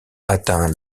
atteint